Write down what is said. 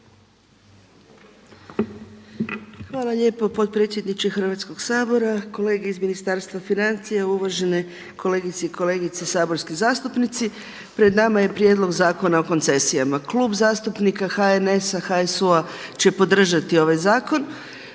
Hvala lijepo potpredsjedniče Hrvatskog sabora. Kolege iz Ministarstva financija, uvažene kolegice i kolege saborski zastupnici. Pred nama je Prijedlog zakona o koncesijama. Klub zastupnika HNS-HSU-a će podržati ovaj zakon.